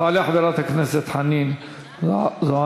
תעלה חברת כנסת חנין זועבי,